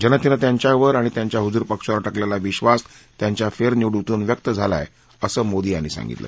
जनतेनं त्यांच्यावर आणि त्यांच्या हुजूर पक्षावर टाकलेला विद्वास त्यांच्या फेरनिवडीतून व्यक्त झाला आहे असं मोदी यांनी सांगितलं